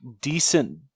decent